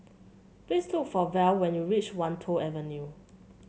please look for Val when you reach Wan Tho Avenue